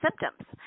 symptoms